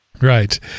right